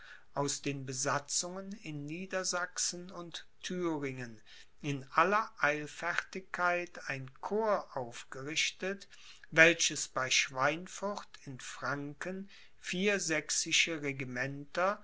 aus den besatzungen in niedersachsen und thüringen in aller eilfertigkeit ein corps aufgerichtet welches bei schweinfurt in franken vier sächsische regimenter